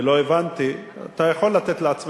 ולא הבנתי, למה לא?